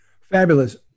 Fabulous